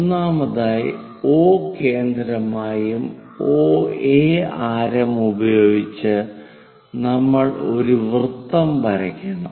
ഒന്നാമതായി O കേന്ദ്രവും OA ആരം ഉപയോഗിച്ച് നമ്മൾ ഒരു വൃത്തം വരയ്ക്കണം